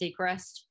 Seacrest